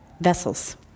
vessels